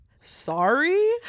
Sorry